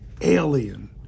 alien